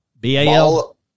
B-A-L-